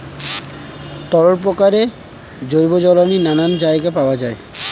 তরল প্রকারের জৈব জ্বালানি নানা জায়গায় পাওয়া যায়